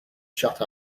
shut